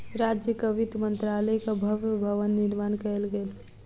राज्यक वित्त मंत्रालयक भव्य भवन निर्माण कयल गेल